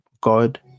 God